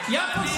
ואני לא רוצה.